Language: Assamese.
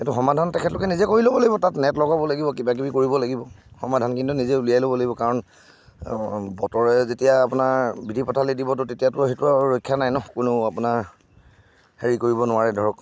সেইটো সমাধান তেখেতলোকে নিজে কৰি ল'ব লাগিব তাত নেট লগাব লাগিব কিবাকিবি কৰিব লাগিব সমাধানখিনিতো নিজে উলিয়াই ল'ব লাগিব কাৰণ বতৰে যেতিয়া আপোনাৰ বিধি পথালি দিবতো তেতিয়াতো সেইটো আৰু ৰক্ষা নাই ন কোনেও আপোনাৰ হেৰি কৰিব নোৱাৰে ধৰক